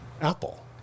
Apple